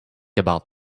about